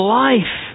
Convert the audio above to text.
life